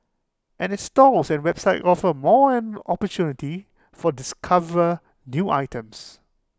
and its stores and website offer more an opportunity for discover new items